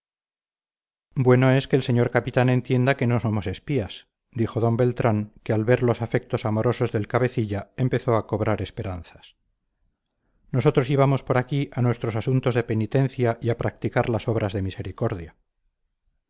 bueno es que el señor capitán entienda que no somos espías dijo d beltrán que al ver los afectos amorosos del cabecilla empezó a cobrar esperanzas nosotros íbamos por aquí a nuestros asuntos de penitencia y a practicar las obras de misericordia